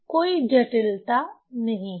कोई जटिलता नहीं है